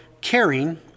caring